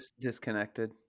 Disconnected